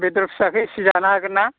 बेदर फिसाखौ एसे जानो हागोन ना